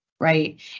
Right